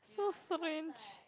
so strange